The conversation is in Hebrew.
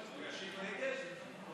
הוא ישיב נגד?